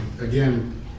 again